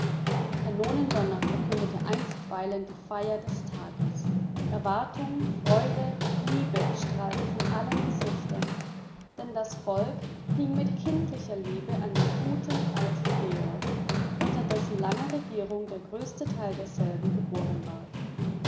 kanonendonner verkündete einstweilen die feier des tages erwartung freude liebe strahlte von allen gesichtern denn das volk hing mit kindlicher liebe an dem guten alten georg unter dessen langer regierung der größte teil desselben geboren ward